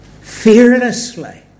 fearlessly